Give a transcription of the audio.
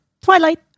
Twilight